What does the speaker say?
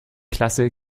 klasse